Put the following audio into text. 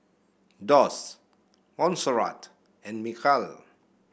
Doss Monserrat and Michal